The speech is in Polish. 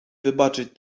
wybaczyć